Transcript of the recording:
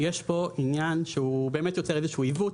יש פה עניין שיוצר עיוות,